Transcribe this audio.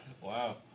Wow